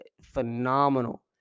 phenomenal